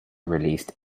released